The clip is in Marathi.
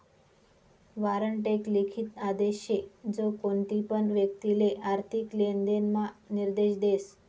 वारंट एक लिखित आदेश शे जो कोणतीपण व्यक्तिले आर्थिक लेनदेण म्हा निर्देश देस